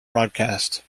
broadcast